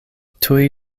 tuj